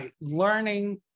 learning